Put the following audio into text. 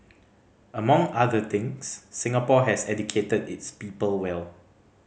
among other things Singapore has educated its people well